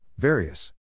Various